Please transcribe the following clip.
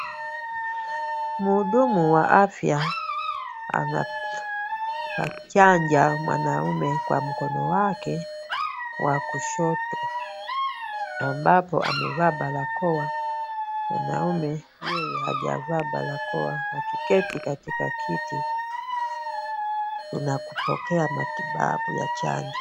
Mhudumu wa afya anachanja mwanaume kwa mkono wake wa kushoto ambapo amevaa barakoa. Mwanaume yeye hajavaa barakoa akiketi katika kiti na kupokea matibabu ya chanjo.